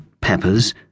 peppers